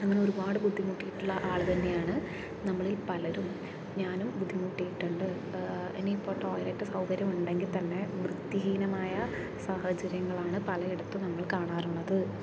അങ്ങനെ ഒരുപാട് ബുദ്ധിമുട്ടിയിട്ടുള്ള ആളുതന്നെയാണ് നമ്മളിൽ പലരും ഞാനും ബുദ്ധിമുട്ടിയിട്ടുണ്ട് ഇനിയിപ്പോൾ ടോയ്ലറ്റ് സൗകാര്യം ഉണ്ടെങ്കിൽത്തന്നെ വൃത്തിഹീനമായ സാഹചര്യങ്ങളാണ് പലയിടത്തും നമ്മൾ കാണാറുള്ളത്